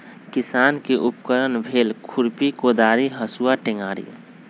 किसान के उपकरण भेल खुरपि कोदारी हसुआ टेंग़ारि